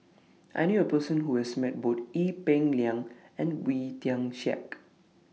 I knew A Person Who has Met Both Ee Peng Liang and Wee Tian Siak